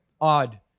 odd